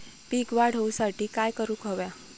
पीक वाढ होऊसाठी काय करूक हव्या?